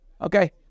Okay